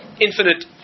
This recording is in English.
infinite